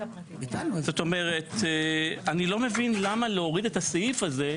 זאת אומרת אני לא מבין למה להוריד את הסעיף הזה.